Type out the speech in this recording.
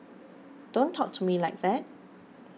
don't talk to me like that